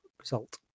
result